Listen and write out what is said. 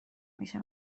میشه